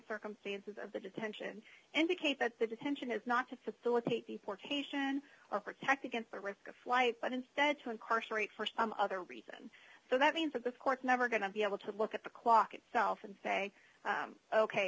circumstances of the detention indicate that the detention is not to facilitate deportation or protect against the risk of flight but instead to incarcerate for some other reason so that means that the court never going to be able to look at the clock itself and say